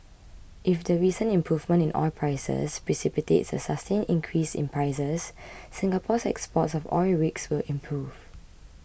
if the recent improvement in oil prices precipitates a sustained increase in prices Singapore's exports of oil rigs will improve